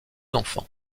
enfants